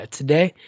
today